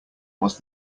was